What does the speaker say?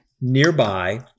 Nearby